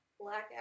blackout